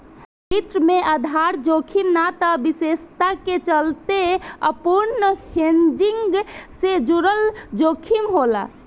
वित्त में आधार जोखिम ना त विशेषता के चलते अपूर्ण हेजिंग से जुड़ल जोखिम होला